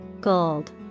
gold